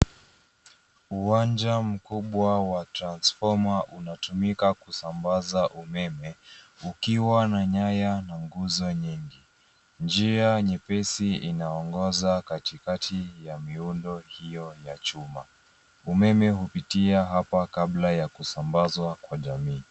Uwanja mkubwa wa transfoma unatumika kusambaza umeme, ukiwa na nyaya na nguzo nyingi. Njia nyepesi inaongoza katikati ya miundo hiyo ya chuma. Umeme hupitia hapa kabla ya kusambazwa kwa jamii.